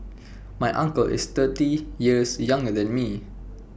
my uncle is thirty years younger than me